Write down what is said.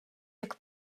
jak